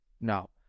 no